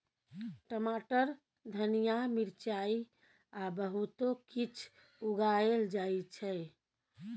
टमाटर, धनिया, मिरचाई आ बहुतो किछ उगाएल जाइ छै